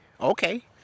okay